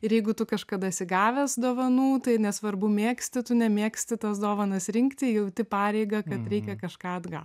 ir jeigu tu kažkada esi gavęs dovanų tai nesvarbu mėgsti tu nemėgsti tas dovanas rinkti jauti pareigą kad reikia kažką atgal